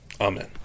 Amen